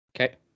Okay